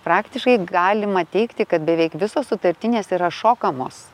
praktiškai galima teigti kad beveik visos sutartinės yra šokamos